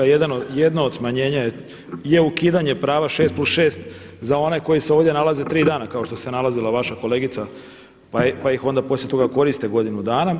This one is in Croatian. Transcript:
Jedan od smanjenja je ukidanje prava 6+6 za one koji se ovdje nalaze 3 dana kao što se nalazila vaša kolegica pa ih onda poslije toga koriste godinu dana.